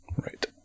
Right